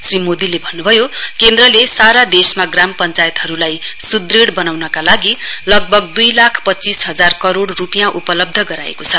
श्री मोदीले भन्नुभयो केन्द्रले सारा देशमा ग्राम पञ्चायतहरूलाई सुद्रूढ बनाउनका लागि लगभग दुई लाख पच्चीस हजार करोड़ रुपियाँ उपलब्ध गराएको छ